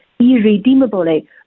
Irredeemably